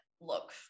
look